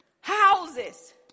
houses